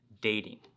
dating